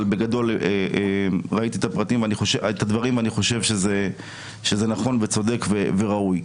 אבל בגדול ראיתי את הדברים ואני חושב שזה נכון וצודק וראוי.